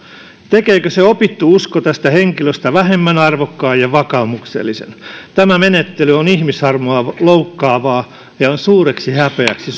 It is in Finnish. tekeekö se opittu usko tästä henkilöstä vähemmän arvokkaan ja vakaumuksellisen tämä menettely on ihmisarvoa loukkaavaa ja suureksi häpeäksi